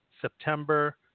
September